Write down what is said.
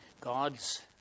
God's